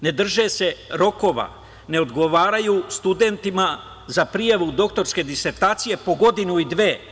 Ne drže se rokova, ne odgovaraju studentima za prijavu doktorske disertacije po godinu i dve.